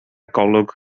golwg